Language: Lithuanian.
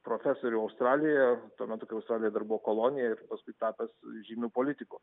profesorių australijoje tuomet tokia australija dar buvo kolonija ir paskui tapęs žymiu politiku